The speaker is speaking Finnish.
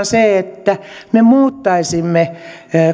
se että me muuttaisimme